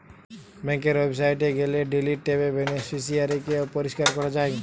বেংকের ওয়েবসাইটে গেলে ডিলিট ট্যাবে বেনিফিশিয়ারি কে পরিষ্কার করা যায়